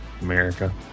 America